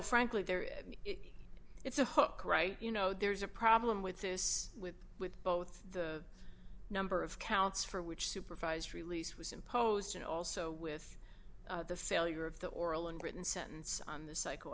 frankly there it's a hook right you know there's a problem with this with with both the number of counts for which supervised release was imposed and also with the failure of the oral and written sentence on the